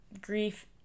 grief